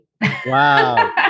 Wow